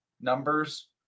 numbers